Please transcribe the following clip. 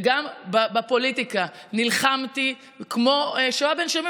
גם בפוליטיקה נלחמתי כמו שווה בין שווים.